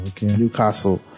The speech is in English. Newcastle